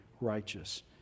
righteous